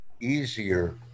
easier